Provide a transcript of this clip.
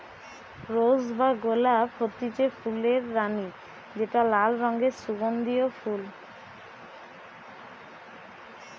rose বা গোলাপ হতিছে ফুলের রানী যেটা লাল রঙের সুগন্ধিও ফুল